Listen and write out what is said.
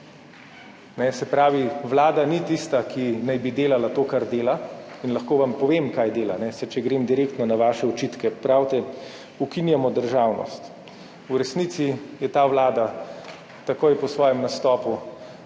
Se pravi, vlada ni tista, ki naj bi delala to, kar dela, in lahko vam povem, kaj dela. Če grem direktno na vaše očitke, pravite ukinjamo državnost. V resnici se je ta vlada takoj po svojem nastopu